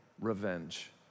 revenge